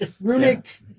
Runic